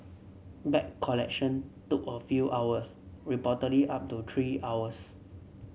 bag collection took a few hours reportedly up to three hours